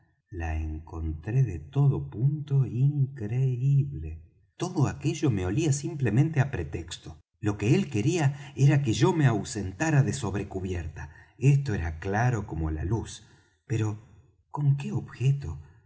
la encontré de todo punto increíble todo aquello me olía simplemente á pretexto lo que él quería era que yo me ausentara de sobre cubierta esto era claro como la luz pero con qué objeto